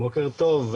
בוקר טוב.